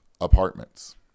apartments